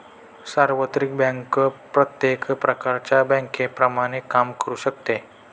सार्वत्रिक बँक प्रत्येक प्रकारच्या बँकेप्रमाणे काम करू शकते